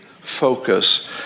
focus